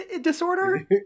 disorder